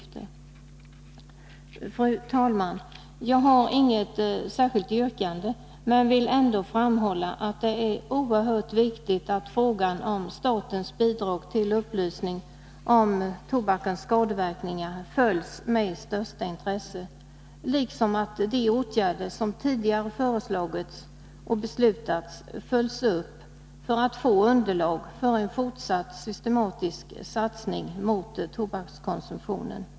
Fru talman! Jag har inget särskilt yrkande men vill ändå framhålla att det är oerhört viktigt att frågan om statens bidrag till upplysning om tobakens skadeverkningar följs med största intresse, liksom att de åtgärder som tidigare föreslagits och beslutats följs upp för att man skall få underlag för en fortsatt systematisk satsning mot tobakskonsumtionen.